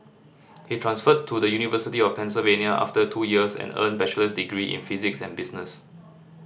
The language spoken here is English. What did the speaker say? he transferred to the University of Pennsylvania after two years and earned bachelor's degrees in physics and business